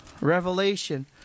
Revelation